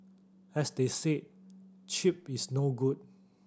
as they say cheap is no good